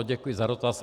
Děkuji za dotaz.